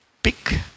Pick